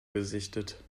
gesichtet